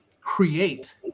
create